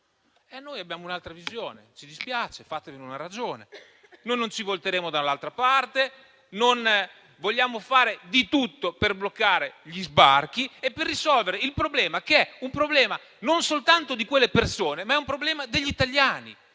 Noi abbiamo un'altra visione, ci dispiace, fatevene una ragione. Noi non ci volteremo dall'altra parte: vogliamo fare di tutto per bloccare gli sbarchi e per risolvere il problema, che non riguarda soltanto quelle persone, ma gli italiani.